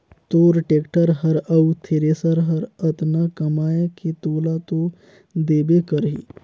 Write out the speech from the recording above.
तोर टेक्टर हर अउ थेरेसर हर अतना कमाये के तोला तो देबे करही